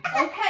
Okay